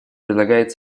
предлагает